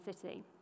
city